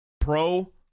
pro